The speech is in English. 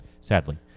sadly